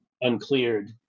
uncleared